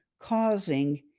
causing